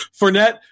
Fournette